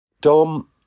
Dom